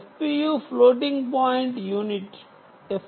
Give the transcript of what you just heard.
FPU floating point unit